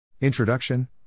Introduction